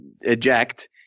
eject